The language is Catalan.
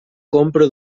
compra